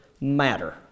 matter